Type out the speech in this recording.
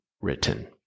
written